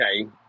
okay